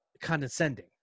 condescending